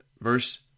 Verse